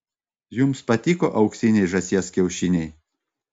jums patiko auksiniai žąsies kiaušiniai